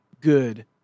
good